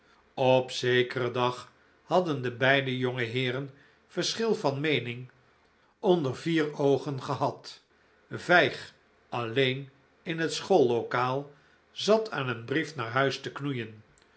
op zekeren dag hadden de beide jongeheeren verschil van meening onder vier oogen gehad vijg alleen in het schoollokaal zat aan een brief naar huis te knoeien